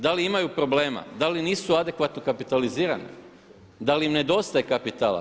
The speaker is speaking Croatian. Da li imaju problema, da li nisu adekvatno kapitalizirane, da li im nedostaje kapitala?